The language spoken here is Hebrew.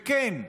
וכן,